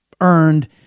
earned